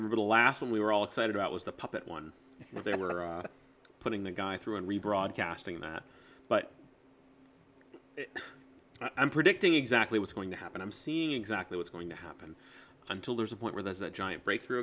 remember the last time we were all excited about was the puppet one they were putting the guys through and rebroadcasting that but i'm predicting exactly what's going to happen i'm seeing exactly what's going to happen until there's a point where there's a giant breakthrough